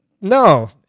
No